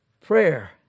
prayer